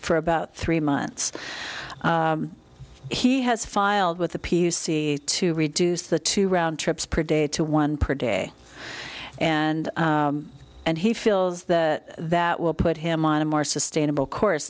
for about three months he has filed with the p c to reduce the two round trips per day to one per day and and he feels that that will put him on a more sustainable course